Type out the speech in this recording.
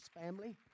family